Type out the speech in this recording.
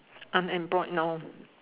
unemployed now